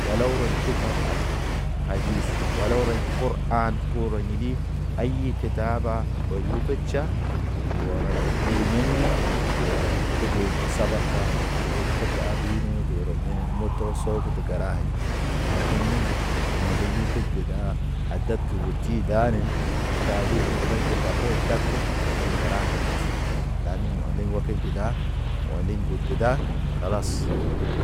Walaw rɔɲ ketab an hadis walaw rɔɲ kɔr anə korɔ ɲədi. Aye ke taaba rɔy oke tʃa, wɔrɔɲ de yeŋge, wɔrɔn kede ge sabarka. Dek abi ne de rɔ yene moto, toso ket gəraɲ lakin nendi. Mondiɲ wokid de da, hadad ke weti danen. Ke taabi ne keday ke tabro e taako. Toŋ gəra ŋgid lanin ondiŋ wɔkid gi da, ondiŋ gud ge da kalas.